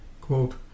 quote